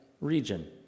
region